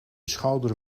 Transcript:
schouder